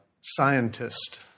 scientist